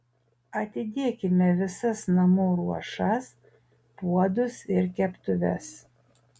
atidėkime visas namų ruošas puodus ir keptuves